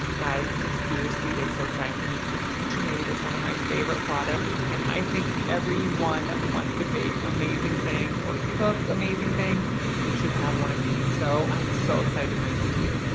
guys, this seriously is so exciting for me because kitchenaid is one of my favorite products and i think everyone that wants to bake amazing things or cook amazing things should have one of these so i'm so excited to bring this to you.